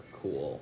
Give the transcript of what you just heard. cool